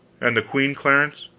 and the queen, clarence?